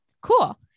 cool